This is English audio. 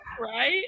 right